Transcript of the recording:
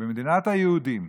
שבמדינת היהודים,